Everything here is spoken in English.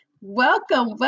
welcome